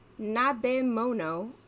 nabemono